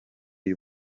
uyu